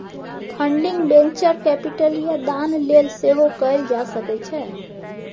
funding venture capital या दान लेल सेहो कएल जा सकै छै